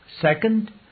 Second